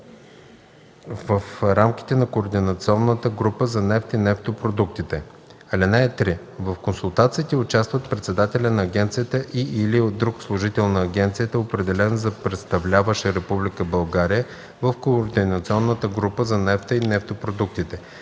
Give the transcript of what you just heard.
в рамките на Координационната група за нефта и нефтопродуктите.